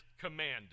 commanded